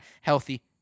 healthy